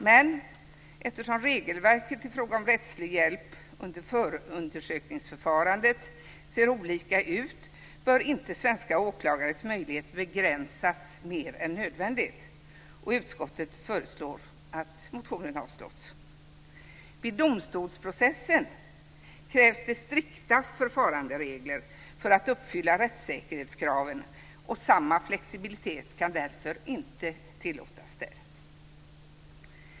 Men eftersom regelverket i fråga om rättslig hjälp under förundersökningsförfarandet ser olika ut bör inte svenska åklagares möjligheter begränsas mer än nödvändigt. Utskottet föreslår att motionen avslås. I domstolsprocessen krävs det strikta förfaranderegler för att uppfylla rättssäkerhetskraven, och samma flexibilitet kan därför inte tillåtas där.